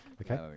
Okay